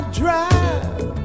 drive